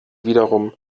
wiederum